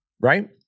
right